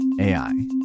ai